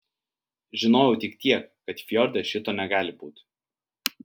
žinojau tik tiek kad fjorde šito negali būti